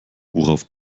worauf